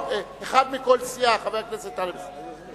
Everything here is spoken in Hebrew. אחד מכל סיעה, חבר הכנסת אלסאנע.